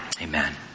Amen